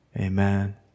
Amen